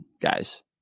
guys